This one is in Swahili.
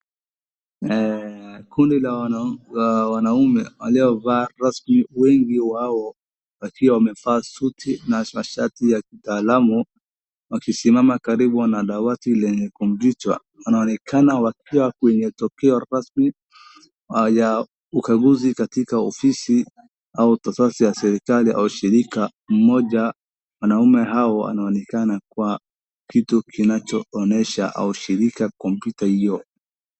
Kundi la wanaume waliovaa rasmi wengi wao wakiwa wamevaa suti na mashati ya kitaalamu wakisimama karibu na dawati lenye komputa. Wanaonekana wakiwa kwenye tukio rasmi ya ukaguzi katika ofisi au ofisi ya serikali au shirika. Mmoja wa wanaume hawa anaonekana kwa kitu kinachoonyesha ushirika wa komputa hiyo.